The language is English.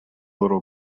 little